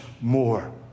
more